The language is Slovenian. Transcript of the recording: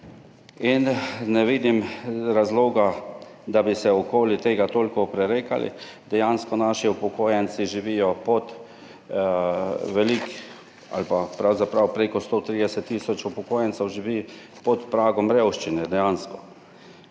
Ne vidim razloga, da bi se okoli tega toliko prerekali. Dejansko naši upokojenci živijo, pravzaprav več kot 130 tisoč upokojencev živi pod pragom revščine, dejansko.